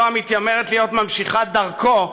זו המתיימרת להיות ממשיכת דרכו,